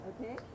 okay